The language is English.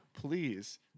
please